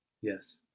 Yes